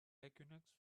equinox